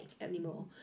anymore